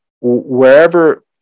wherever